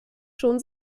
schon